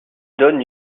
donne